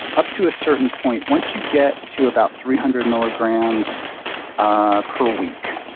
up to a certain point, once you get to about three hundred milligrams ah per week,